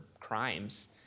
crimes